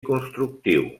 constructiu